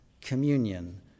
communion